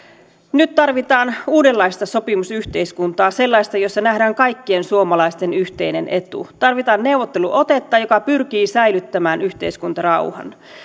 nyt tarvitaan uudenlaista sopimusyhteiskuntaa sellaista jossa nähdään kaikkien suomalaisten yhteinen etu tarvitaan neuvotteluotetta joka pyrkii säilyttämään yhteiskuntarauhan